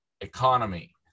economy